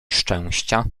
szczęścia